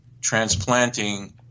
transplanting